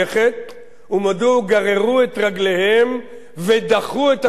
ומדוע גררו את רגליהם ודחו את הצעותי אלה.